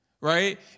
Right